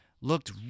looked